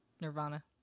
Nirvana